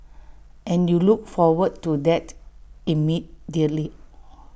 and you look forward to that immediately